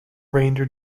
ranger